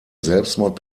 selbstmord